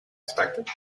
expected